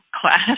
class